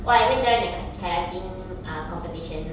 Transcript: oh I even joined a ka~ kayaking uh competition